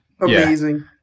Amazing